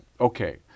Okay